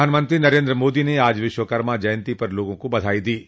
प्रधानमंत्री नरेन्द्र मोदी ने आज विश्वकर्मा जयंती पर लोगों को बधाई दी है